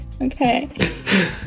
okay